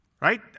Right